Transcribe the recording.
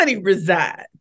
resides